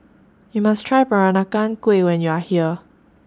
YOU must Try Peranakan Kueh when YOU Are here